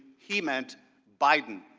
he meant biden,